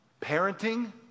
parenting